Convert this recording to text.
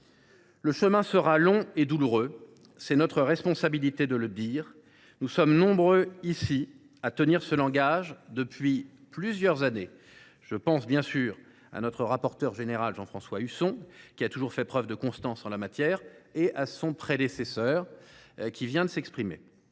Le chemin sera long et douloureux – il est de notre responsabilité de le dire. Nous sommes nombreux, au Sénat, à tenir ce langage, et ce depuis plusieurs années. Je pense, bien sûr, à notre rapporteur général, Jean François Husson, qui a toujours fait preuve de constance en la matière, ainsi qu’à son prédécesseur, qui vient de s’exprimer.